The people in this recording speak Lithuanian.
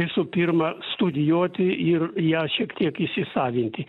visų pirma studijuoti ir ją šiek tiek įsisavinti